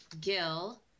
Gil